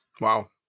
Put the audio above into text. Wow